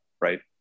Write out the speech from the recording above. Right